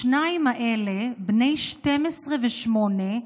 השניים האלה, בני 12 ו-8,